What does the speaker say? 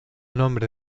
nombre